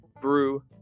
Brew